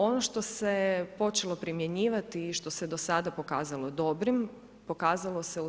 Ono što se počelo primjenjivati i što se do sada pokazalo dobrim pokazalo se